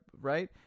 right